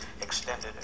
extended